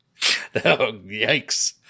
yikes